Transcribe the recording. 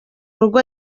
rugo